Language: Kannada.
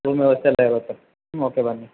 ರೂಮ್ ವ್ಯವಸ್ಥೆ ಎಲ್ಲ ಇರುತ್ತೆ ಹ್ಞೂ ಓಕೆ ಬನ್ನಿ